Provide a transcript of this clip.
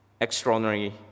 extraordinary